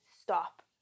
stop